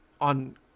on